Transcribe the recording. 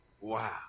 Wow